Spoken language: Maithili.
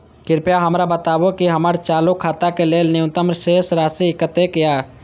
कृपया हमरा बताबू कि हमर चालू खाता के लेल न्यूनतम शेष राशि कतेक या